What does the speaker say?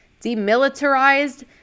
demilitarized